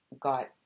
got